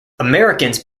americans